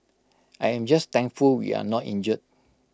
I am just thankful we are not injured